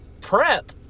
PrEP